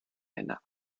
einer